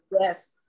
Yes